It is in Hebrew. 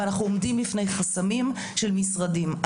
אנחנו עומדים בפני חסמים של משרדים.